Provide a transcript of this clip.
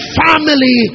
family